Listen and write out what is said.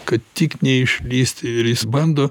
kad tik neišlįstų ir jis bando